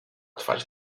trwać